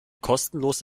kostenlos